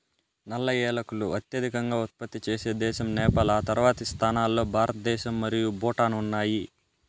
నల్ల ఏలకులు అత్యధికంగా ఉత్పత్తి చేసే దేశం నేపాల్, ఆ తర్వాతి స్థానాల్లో భారతదేశం మరియు భూటాన్ ఉన్నాయి